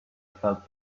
felt